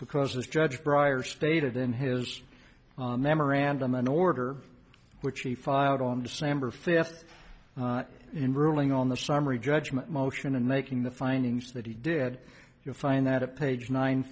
because this judge briar stated in his memorandum an order which he filed on december fifth in ruling on the summary judgment motion and making the findings that he did you find that at page nine